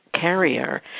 carrier